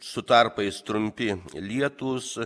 su tarpais trumpi lietūs